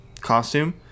costume